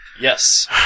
Yes